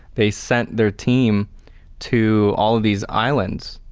they sent their team to all of these islands